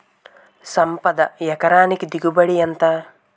సంపద ఎకరానికి దిగుబడి ఎంత?